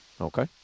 Okay